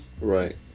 right